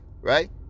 right